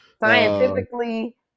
Scientifically